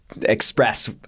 express